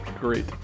Great